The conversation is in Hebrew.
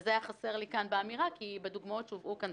וזה היה חסר לי כאן באמירה כי בדוגמאות שהובאו כאן